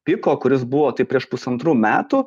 piko kuris buvo taip prieš pusantrų metų